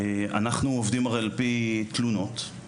אנחנו הרי עובדים לפי תלונות,